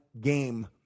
game